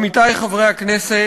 עמיתי חברי הכנסת,